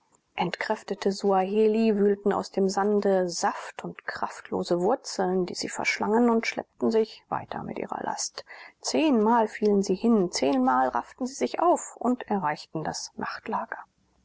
entkräftete suaheli wühlten aus dem sande saft und kraftlose wurzeln die sie verschlangen und schleppten sich weiter mit ihrer last zehnmal fielen sie hin zehnmal rafften sie sich auf und erreichten das nachtlager